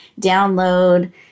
download